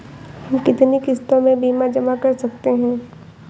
हम कितनी किश्तों में बीमा जमा कर सकते हैं?